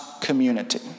community